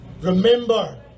remember